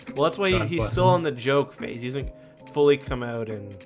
well that's why he's still on the joke phase you think fully come out and